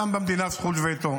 אין לאף אדם במדינה זכות וטו,